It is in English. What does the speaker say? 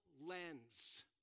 lens